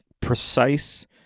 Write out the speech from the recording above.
precise